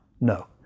No